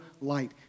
light